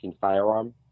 firearm